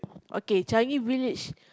okay Changi-Village